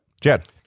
Jed